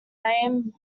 named